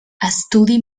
estudi